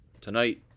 tonight